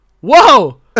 whoa